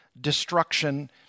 destruction